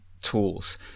tools